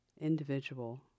individual